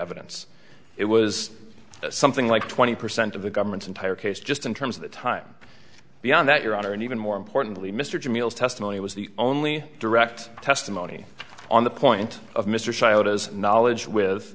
evidence it was something like twenty percent of the government's entire case just in terms of the time beyond that your honor and even more importantly mr meals testimony was the only direct testimony on the point of mr child as knowledge with